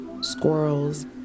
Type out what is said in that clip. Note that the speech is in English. squirrels